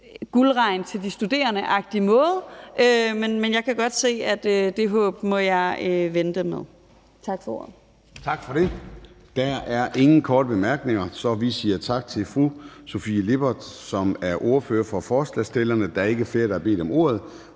guldregn til de studerende. Men jeg kan godt se, at det håb må jeg vente med. Tak for ordet.